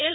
L